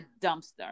dumpster